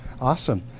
Awesome